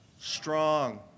Strong